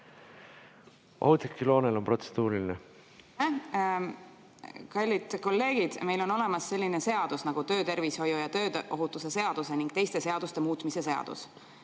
Oudekki Loonel on protseduuriline. Aitäh! Kallid kolleegid, meil on olemas selline seadus nagu töötervishoiu ja tööohutuse seaduse ning teiste seaduste muutmise seadus.